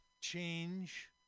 change